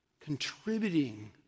contributing